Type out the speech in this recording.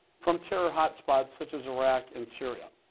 from terror hot spots such as iraq and syria.